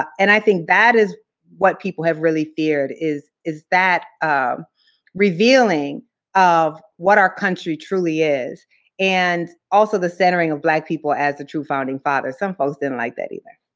and i think that is what people have really feared, is is that um revealing of what our country truly is and also the centering of black people as the true founding fathers. some folks didn't like that either.